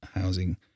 housing